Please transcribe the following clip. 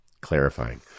Clarifying